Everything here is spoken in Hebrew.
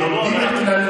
אנחנו נחליט.